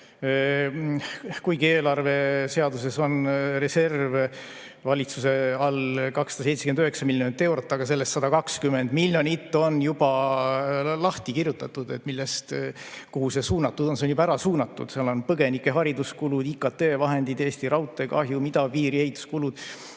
Kuigi eelarveseaduses on valitsuse reserv 279 miljonit eurot, aga sellest 120 miljonit on juba lahti kirjutatud, kuhu see suunatud on. See on juba ära suunatud: seal on põgenike hariduse kulud, IKT vahendid, Eesti Raudtee kahjum, idapiiri ehituse kulud.